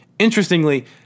Interestingly